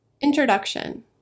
Introduction